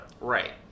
right